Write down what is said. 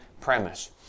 premise